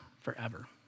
forever